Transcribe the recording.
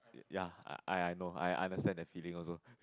ya I I know I understand that feeling also